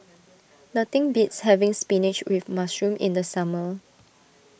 nothing beats having Spinach with Mushroom in the summer